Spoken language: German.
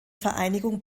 vereinigung